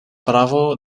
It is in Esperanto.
provo